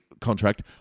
contract